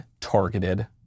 targeted